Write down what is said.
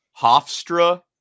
Hofstra